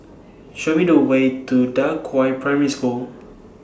Show Me The Way to DA Qiao Primary School